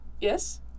Yes